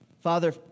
Father